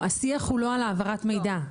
השיח הוא לא על העברת מידע,